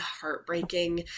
heartbreaking